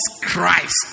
Christ